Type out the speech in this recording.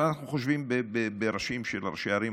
אבל אנחנו חושבים בראשים של ראשי ערים,